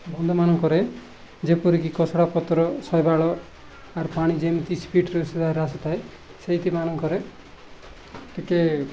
ବନ୍ଧମାନଙ୍କରେ ଯେପରିକି ଖସାରାପଥର ଶୈବାଳ ଆର୍ ପାଣି ଯେମିତି ସ୍ପିଡ଼୍ରେ ସେ ଆସିଥାଏ ସେଇଥିମାନଙ୍କରେ ଟିକିଏ